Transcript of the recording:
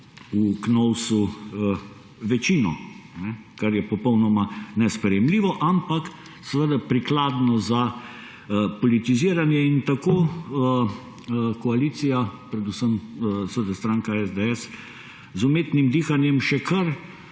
v Knovsu večino, kar je popolnoma nesprejemljivo, ampak seveda prikladno za politiziranje. In tako koalicija, predvsem seveda stranka SDS, z umetnim dihanjem še kar